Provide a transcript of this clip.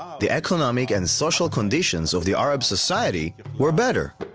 the economic and social conditions of the arab society were better.